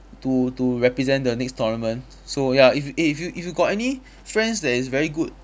to to represent the next tournament so ya if eh if you if you got any friends that is very good